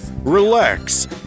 Relax